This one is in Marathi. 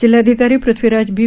जिल्हाधिकारी पृथ्वीराज बी